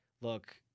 Look